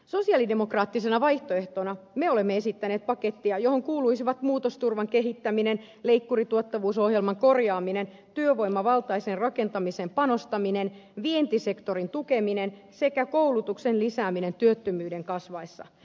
sosialidemokraattisena vaihtoehtona me olemme esittäneet pakettia johon kuuluisivat muutosturvan kehittäminen leikkurituottavuusohjelman korjaaminen työvoimavaltaiseen rakentamiseen panostaminen vientisektorin tukeminen sekä koulutuksen lisääminen työttömyyden kasvaessa